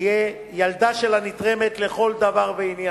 יהיה ילדה של הנתרמת לכל דבר ועניין,